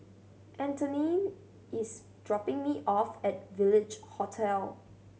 Antoine is dropping me off at Village Hotel